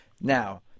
Now